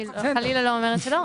אני חלילה לא אומרת שלא,